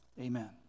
Amen